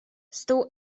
stół